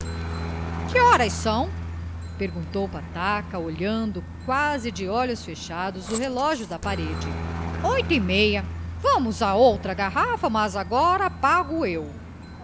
horas são perguntou pataca olhando quase de olhos fechados o relógio da parede oito e meia vamos a outra garrafa mas agora pago eu